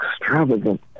extravagant